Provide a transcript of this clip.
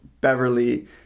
Beverly